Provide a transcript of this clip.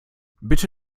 bitte